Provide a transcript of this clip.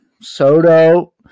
Soto